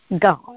God